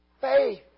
Faith